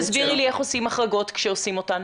תסבירי לי איך עושים החרגות כשעושים אותן?